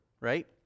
right